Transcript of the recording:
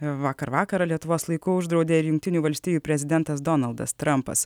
vakar vakarą lietuvos laiku uždraudė ir jungtinių valstijų prezidentas donaldas trampas